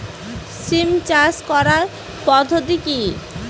সিম চাষ করার পদ্ধতি কী?